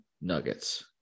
Nuggets